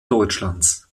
deutschlands